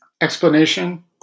explanation